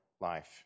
life